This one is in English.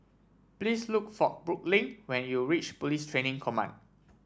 please look for Brooklynn when you reach Police Training Command